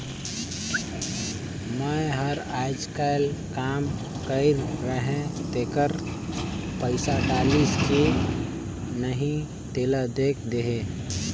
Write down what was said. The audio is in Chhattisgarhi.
मै हर अईचकायल काम कइर रहें तेकर पइसा डलाईस कि नहीं तेला देख देहे?